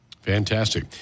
Fantastic